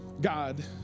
God